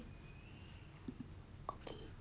okay